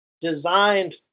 designed